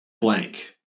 blank